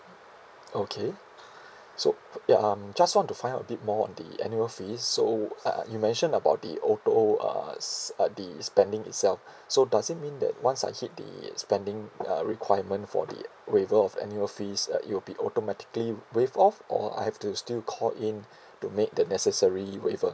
okay so ya um just want to find out a bit more on the annual fees so uh you mention about it although uh s~ uh the spending itself so does it mean that once I hit the spending uh requirement for the waiver of annual fees uh it will be automatically waived off or I have to still call in to make the necessary waiver